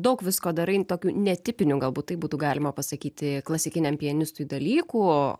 daug visko darai tokių netipinių galbūt taip būtų galima pasakyti klasikiniam pianistui dalykų